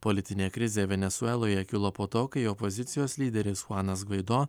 politinė krizė venesueloje kilo po to kai opozicijos lyderis chuanas gvaido